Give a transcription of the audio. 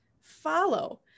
follow